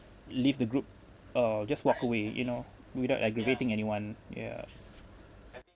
leave the group uh just walk away you know without aggravating anyone yeah